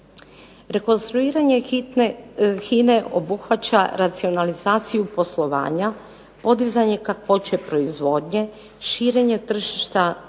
Rekonstruiranje HINA-e obuhvaća racionalizaciju poslovanja, podizanje kakvoće proizvodnje, širenje tržišta